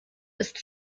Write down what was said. ist